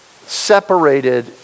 separated